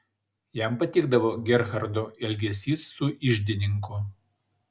jam patikdavo gerhardo elgesys su iždininku